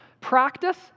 Practice